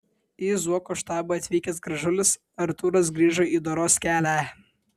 į zuoko štabą atvykęs gražulis artūras grįžo į doros kelią